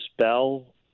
spell